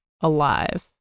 alive